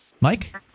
Mike